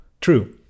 true